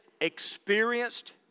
experienced